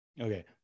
Okay